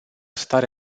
stare